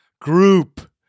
group